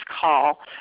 call